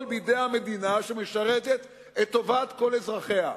בידי המדינה שמשרתת את טובת כל אזרחיה.